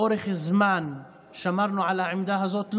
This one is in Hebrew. לאורך זמן שמרנו על העמדה הזאת.